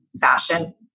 fashion